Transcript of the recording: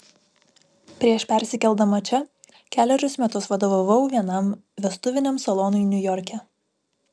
prieš persikeldama čia kelerius metus vadovavau vienam vestuviniam salonui niujorke